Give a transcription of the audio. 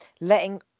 letting